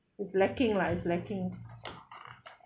is lacking lah is lacking